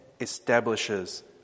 establishes